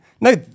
No